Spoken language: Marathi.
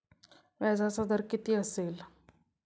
व्याजाचा दर किती असेल?